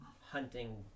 hunting